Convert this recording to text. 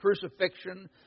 crucifixion